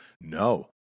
No